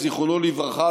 זיכרונו לברכה,